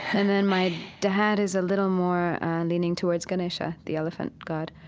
and then my dad is a little more leaning towards ganesha, the elephant god.